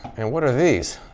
and what are these?